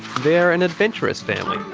they're an adventurous family,